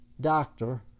doctor